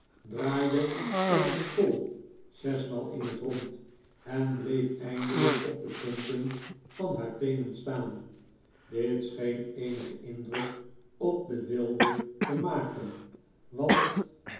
draaide als een tol zes maal in het rond en bleef eindelijk op de punten van haar teenen staan dit scheen eenigen indruk op den wilde te maken want